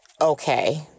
okay